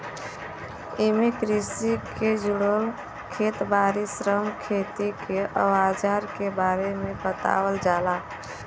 एमे कृषि के जुड़ल खेत बारी, श्रम, खेती के अवजार के बारे में बतावल जाला